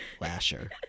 lasher